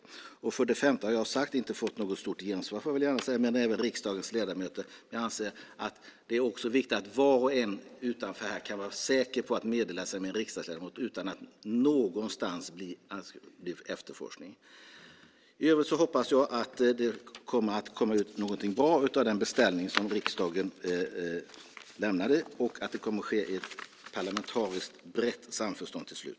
När det gäller den femte punkten har jag inte fått så stort gensvar, men jag anser att det är viktigt att var och en här utanför kan vara säker på att kunna meddela sig med en riksdagsledamot utan att någonstans bli efterforskad. I övrigt hoppas jag att det ska komma ut någonting bra av den beställning som riksdagen lämnade och att det kommer att ske i ett parlamentariskt brett samförstånd till slut.